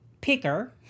picker